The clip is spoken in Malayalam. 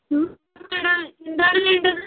ഉം മാഡം എന്താണ് വേണ്ടത്